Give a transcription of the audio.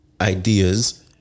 ideas